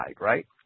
right